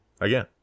Again